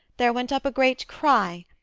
there went up a great cry,